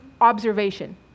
observation